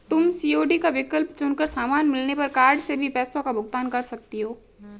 तुम सी.ओ.डी का विकल्प चुन कर सामान मिलने पर कार्ड से भी पैसों का भुगतान कर सकती हो